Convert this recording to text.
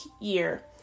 year